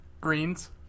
Greens